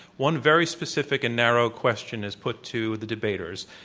one very specific and narrow question is put to the debaters.